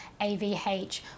AVH